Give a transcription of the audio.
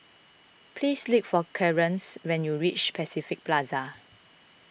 please look for Clearence when you reach Pacific Plaza